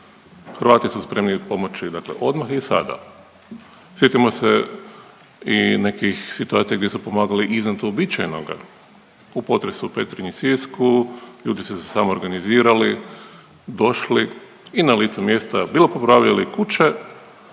Hrvati su spremni pomoći dakle odmah i sada. Sjetimo se i nekih situacija gdje su pomagali i iznad uobičajenoga, u potresu u Petrinji i Sisku, ljudi su se samoorganizirali, došli i na licu mjesta, bilo popravljali kuće,